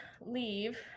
leave